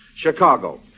Chicago